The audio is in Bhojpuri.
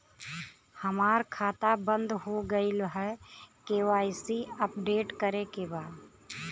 हमार खाता बंद हो गईल ह के.वाइ.सी अपडेट करे के बा?